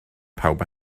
pawb